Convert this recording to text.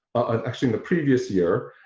actually in the previous year,